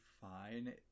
fine